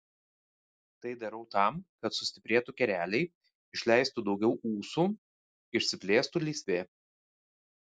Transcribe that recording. tai darau tam kad sustiprėtų kereliai išleistų daugiau ūsų išsiplėstų lysvė